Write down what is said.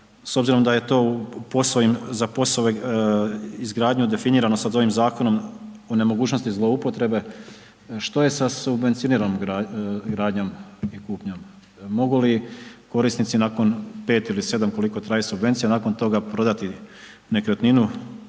s obzirom da je to u POS-ovim, za POS-ovu izgradnju definirano sad ovim zakonom o nemogućnosti zloupotrebe, što je sa subvencioniranom gradnjom i kupnjom, mogu li korisnici nakon 5 ili 7 koliko traje subvencija nakon toga prodati nekretninu,